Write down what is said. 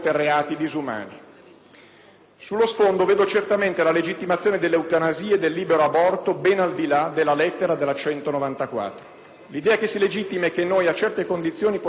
Sullo sfondo vedo certamente la legittimazione dell'eutanasia e del libero aborto, ben al di là della lettera della legge n. 194 del 1978. L'idea che si legittima è che noi, a certe condizioni, possiamo disporre della vita umana.